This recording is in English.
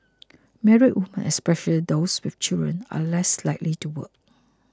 married women especially those with children are less likely to work